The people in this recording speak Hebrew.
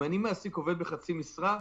אם אני מעסיק עובד בחצי משרה,